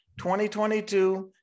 2022